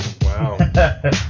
Wow